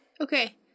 okay